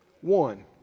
One